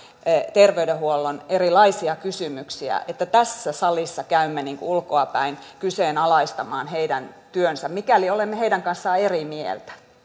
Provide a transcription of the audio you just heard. terveydenhuollon erilaisia kysymyksiä niin tässä salissa käymme ulkoapäin kyseenalaistamaan heidän työnsä mikäli olemme heidän kanssaan eri mieltä